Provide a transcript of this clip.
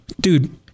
dude